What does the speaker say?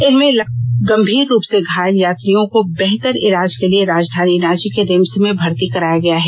इनमें गंभीर रूप से घायल यात्रियों को बेहतर इलाज के लिए राजधानी रांची के रिम्स में भर्ती कराया गया है